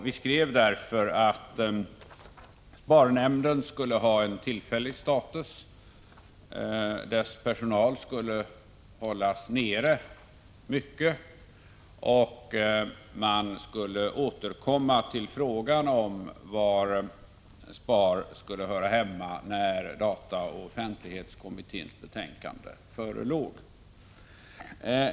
Vi skrev därför att SPAR-nämnden skulle ha en tillfällig status och att dess personalresurser skulle hållas mycket begränsade. Man skulle återkomma till frågan om var SPAR skulle höra hemma när dataoch offentlighetskommitténs betänkande förelåg.